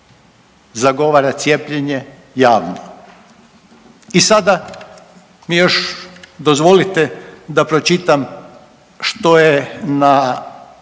zagovara cijepljenje javno. I sada mi još dozvolite da pročitam što je na,